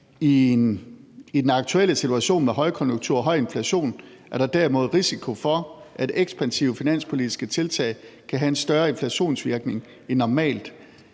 i den aktuelle situation med højkonjunktur og høj inflation er der derimod risiko for, at ekspansive finanspolitiske tiltag kan have en større inflationsvirkning end normalt.